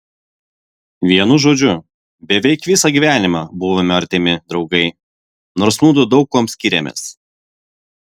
vienu žodžiu beveik visą gyvenimą buvome artimi draugai nors mudu daug kuom skyrėmės